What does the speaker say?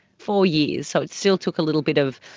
four years, so it still took a little bit of,